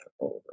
over